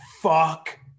fuck